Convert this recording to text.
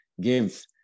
give